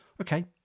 okay